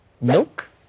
milk